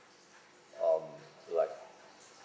um blood